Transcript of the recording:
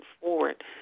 forward